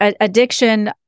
addiction